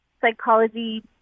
psychology